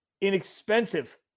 inexpensive